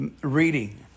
reading